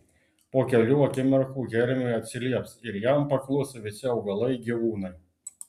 po kelių akimirkų hermiui atsilieps ir jam paklus visi augalai gyvūnai